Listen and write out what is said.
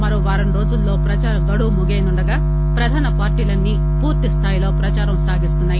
మరో వారం రోజుల్లో ప్రదార గడువు ముగియనుండగా ప్రధాన పార్టీలన్నీ పూర్తిస్థాయిలో ప్రదారం సాగిస్తున్నాయి